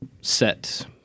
set